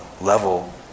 level